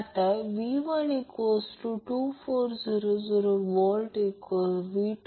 तर बँडविड्थ म्हणजे आपल्याला माहित आहे की band width f0Q